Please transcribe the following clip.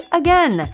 again